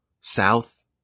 south